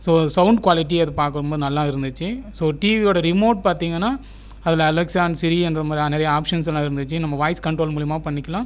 so sound quality அது பார்க்கும்போது நல்லா இருந்துச்சு ஸோ டிவி வோட ரிமோட் பார்த்தீங்கனா அதில் அலெக்ஸா அண்ட் சிறி அந்த மாதிரி நிறைய ஆப்ஷன்ஸ்லாம் இருந்துச்சு நம்ம வாய்ஸ் கண்ட்ரோல் மூலிமா பண்ணிக்கலாம்